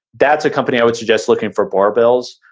that's a company i would suggest looking for barbells.